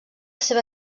seva